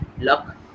luck